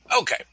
Okay